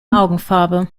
augenfarbe